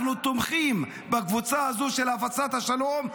אנחנו תומכים בקבוצה הזו של הפצת השלום,